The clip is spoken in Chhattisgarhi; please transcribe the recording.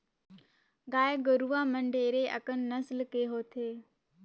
गाय गरुवा मन ढेरे अकन नसल के होथे